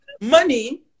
Money